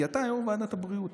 כי אתה היום בוועדת הבריאות.